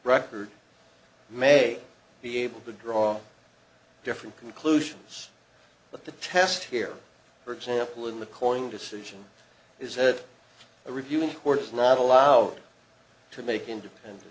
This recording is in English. record may be able to draw different conclusions but the test here for example in the corning decision is that a reviewing court is not allowed to make independent